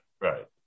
right